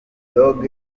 dogg